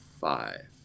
five